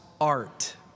art